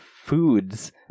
foods